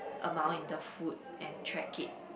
amount in the food and track it